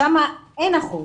שם אין אחות.